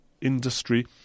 industry